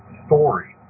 story